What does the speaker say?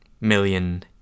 million